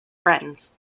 friends